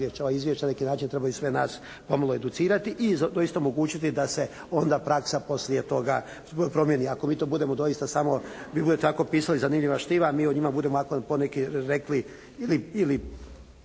izvješća na neki način trebaju sve nas pomalo educirati i doista omogućiti da se onda praksa poslije toga promijeni. Ako mi to budemo doista samo, ako vi budete tako pisali zanimljiva štiva, mi o njima budemo ovako poneki rekli ili